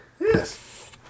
Yes